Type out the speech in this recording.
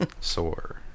Sore